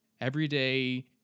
everyday